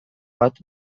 bat